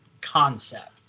concept